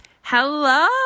Hello